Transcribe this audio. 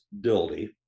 Dildy